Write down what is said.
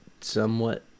somewhat